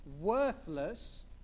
worthless